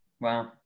Wow